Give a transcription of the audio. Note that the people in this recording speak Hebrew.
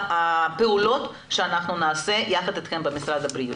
הפעולות שאנחנו נעשה יחד אתכם במשרד הבריאות.